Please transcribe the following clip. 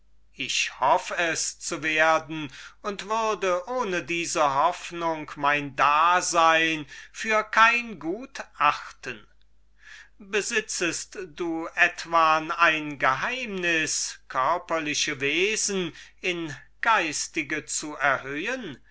ich hoff es zu werden und würde ohne diese hoffnung mein dasein für kein gut achten hippias besitzest du etwan ein geheimnis körperliche wesen in geistige zu erhöhen